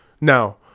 Now